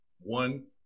one